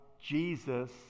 Jesus